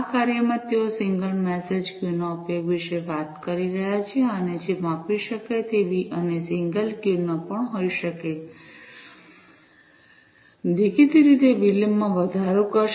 આ કાર્યમાં તેઓ સિંગલ મેસેજ ક્યુ ના ઉપયોગ વિશે વાત કરી રહ્યા છે અને જે માપી શકાય તેવી અને સિંગલ ક્યુ ન પણ હોઈ શકે દેખીતી રીતે વિલંબમાં વધારો કરશે